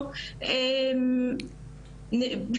מאשר לדבר בשפה מקצועית,